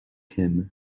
him